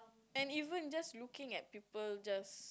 and even just looking at people just